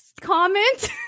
comment